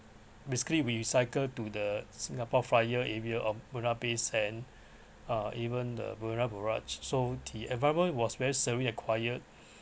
basically we cycle to the singapore flyer area of marina bay sand uh even the marina barrage so the environment was very serene and quiet